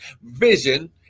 vision